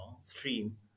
stream